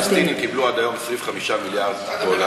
הפלסטינים קיבלו עד היום סביב 5 מיליארד דולר,